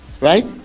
right